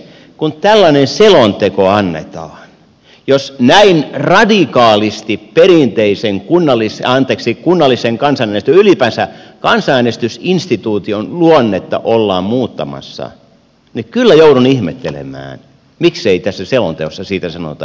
kun tällainen selonteko annetaan niin jos näin radikaalisti perinteisen kunnallisen kansanäänestyksen ylipäänsä kansanäänestysinstituution luonnetta ollaan muuttamassa niin kyllä joudun ihmettelemään miksei tässä selonteossa siitä sanota yhtään mitään